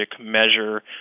measure